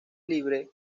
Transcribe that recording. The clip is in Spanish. libres